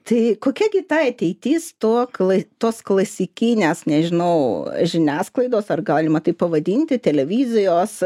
tai kokia gi tai ateitis to kla tos klasikinės nežinau žiniasklaidos ar galima taip pavadinti televizijos